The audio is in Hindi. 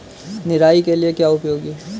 निराई के लिए क्या उपयोगी है?